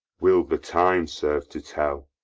will the time serve to tell?